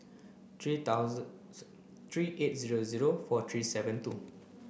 three thousand three eight zero zero four three seven two